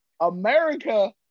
America